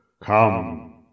Come